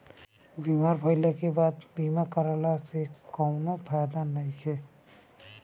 बीमार भइले के बाद बीमा करावे से कउनो फायदा नइखे